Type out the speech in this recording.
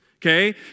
Okay